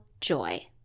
joy